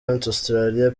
australia